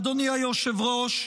אדוני היושב-ראש,